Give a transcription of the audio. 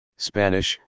Spanish